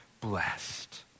Blessed